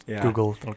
Google